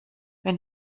wenn